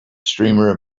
streamer